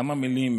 כמה מילים